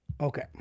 Okay